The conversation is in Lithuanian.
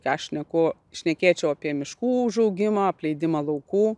ką aš šneku šnekėčiau apie miškų užaugimą apleidimą laukų